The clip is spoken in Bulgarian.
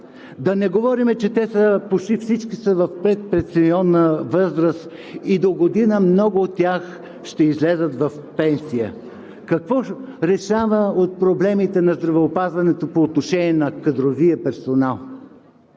Да не говорим, че почти всички са в предпенсионна възраст и догодина много от тях ще излязат в пенсия. Какво решава от проблемите на здравеопазването по отношение на кадровия персонал?